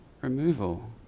removal